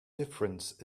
difference